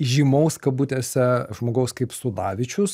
įžymaus kabutėse žmogaus kaip sudavičius